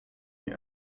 die